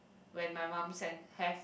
when my mum send have